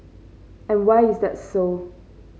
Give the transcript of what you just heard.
and why is that so